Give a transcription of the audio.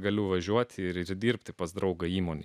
galiu važiuoti dirbti pas draugą įmonėje